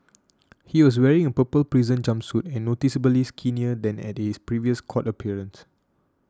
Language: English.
he was wearing a purple prison jumpsuit and noticeably skinnier than at his previous court appearance